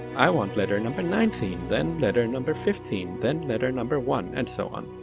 i want letter number nineteen, then letter number fifteen, then letter number one and so on.